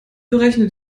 berechne